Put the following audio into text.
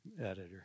Editor